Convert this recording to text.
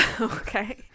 Okay